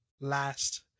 last